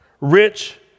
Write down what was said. rich